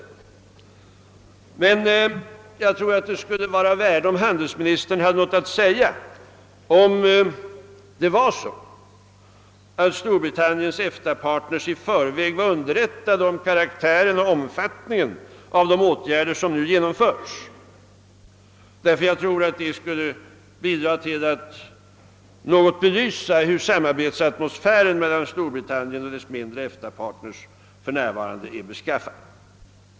Jag tror emellertid att det skulle vara av värde, om handelsministern kunde tala om, ifall det förhåller sig så att Storbritanniens EFTA-partners i förväg var underättade om karaktären och omfattningen av de åtgärder som nu genomförts, därför att jag anser att detta skulle bidra till att något belysa hur samarbetsatmosfären mellan Storbritannien och dess mindre EFTA-partners för närvarande är beskaffad.